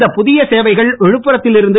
இந்த புதிய சேவைகள் விழுப்புரத்தில் இருந்து